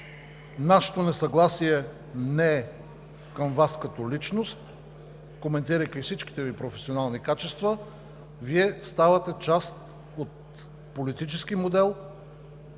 нашето несъгласие не е към Вас като личност. Коментирайки всичките Ви професионални качества, Вие ставате част от политически модел,